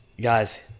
Guys